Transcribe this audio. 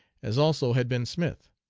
as also had been smith.